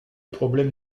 problème